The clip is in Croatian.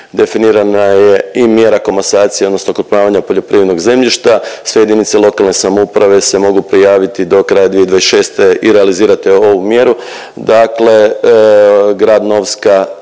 definirana je i mjera komasacije odnosno okrupnjavanja poljoprivrednog zemljišta. Sve jedinice lokalne samouprave se mogu prijaviti do kraja 2026. i realizirati ovu mjeru.